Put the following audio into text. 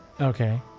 Okay